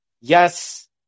yes